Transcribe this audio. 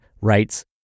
writes